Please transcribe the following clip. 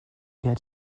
get